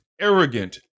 Arrogant